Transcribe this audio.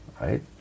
right